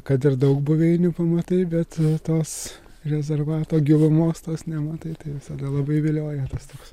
kad ir daug buveinių pamatai bet tos rezervato gilumos tos nematai tai visada labai vilioja tas toks